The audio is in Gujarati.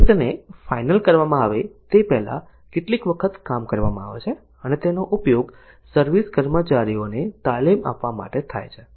સ્ક્રિપ્ટને ફાઇનલ કરવામાં આવે તે પહેલા કેટલીક વખત કામ કરવામાં આવે છે અને તેનો ઉપયોગ સર્વિસ કર્મચારીઓને તાલીમ આપવા માટે થાય છે